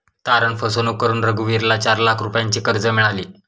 तारण फसवणूक करून रघुवीरला चार लाख रुपयांचे कर्ज मिळाले